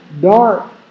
dark